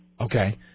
Okay